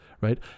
right